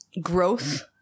growth